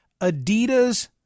Adidas